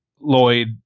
lloyd